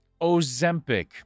Ozempic